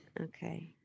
Okay